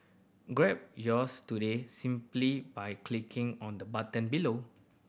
grab yours today simply by clicking on the button below